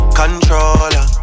controller